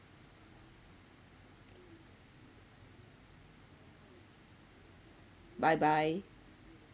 bye bye